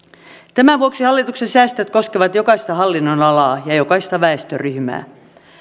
tämän vuoksi hallituksen säästöt koskevat jokaista hallinnonalaa ja jokaista väestöryhmää